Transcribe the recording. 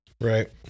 Right